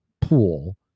pool